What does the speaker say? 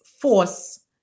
force